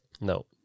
No